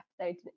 episode